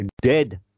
dead